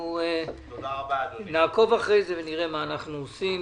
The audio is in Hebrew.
אנחנו נעקוב אחרי זה ונראה מה אנחנו עושים.